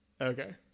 Okay